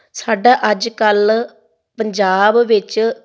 ਸਾਡਾ ਅੱਜ ਕੱਲ੍ਹ ਪੰਜਾਬ ਵਿੱਚ